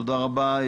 תודה רבה.